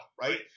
right